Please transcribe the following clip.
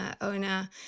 owner